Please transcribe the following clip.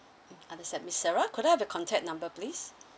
mm understand miss sarah could I have your contact number please